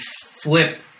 flip